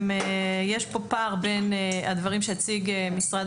יש פה פער בין הדברים שהציג משרד